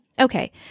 okay